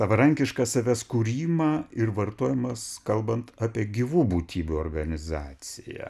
savarankišką savęs kūrimą ir vartojamas kalbant apie gyvų būtybių organizaciją